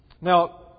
Now